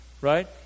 right